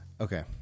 okay